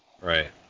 Right